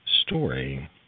story